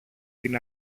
την